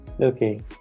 Okay